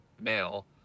male